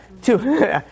Two